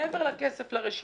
מעבר לכסף כדי להיכנס לרשימה,